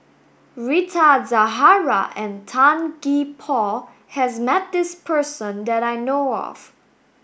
Rita Zahara and Tan Gee Paw has met this person that I know of